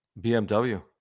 bmw